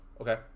okay